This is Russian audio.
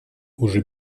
уже